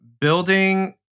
building